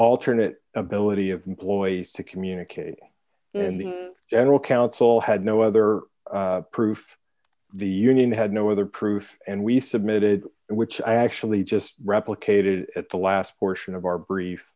alternate ability of employees to communicate and the general counsel had no other proof the union had no other proof and we submitted it which i actually just replicated at the last portion of our brief